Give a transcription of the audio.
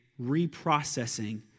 reprocessing